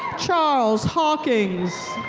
charles hawkings.